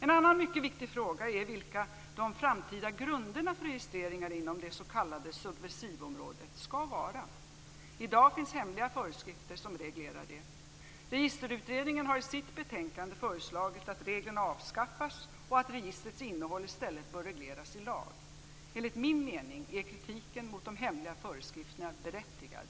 En annan mycket viktig fråga är vilka de framtida grunderna för registreringar inom det s.k. subversivområdet skall vara. I dag finns hemliga föreskrifter som reglerar detta. Registerutredningen har i sitt betänkande föreslagit att reglerna avskaffas och att registrets innehåll i stället bör regleras i lag. Enligt min mening är kritiken mot de hemliga föreskrifterna berättigad.